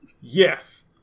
yes